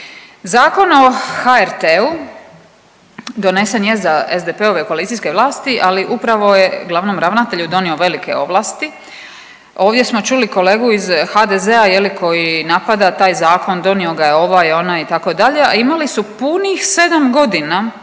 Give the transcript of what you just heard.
Zakon o HRT donesen je za SDP-ove koalicijske vlasti ali upravo je glavnom ravnatelju donio velike ovlasti. Ovdje smo čuli kolegu iz HDZ-a je li koji napada taj zakon, donio ga je ovaj, onaj itd. a imali su punih 7 godina